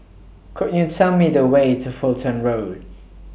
Could YOU Tell Me The Way to Fulton Road